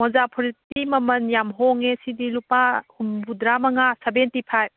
ꯃꯣꯖꯥ ꯐꯨꯔꯤꯠꯇꯤ ꯃꯃꯟ ꯌꯥꯝ ꯍꯣꯡꯉꯦ ꯁꯤꯗꯤ ꯂꯨꯄꯥ ꯍꯨꯝꯕꯨꯗꯔꯥ ꯃꯉꯥ ꯁꯕꯦꯟꯇꯤ ꯐꯥꯏꯚ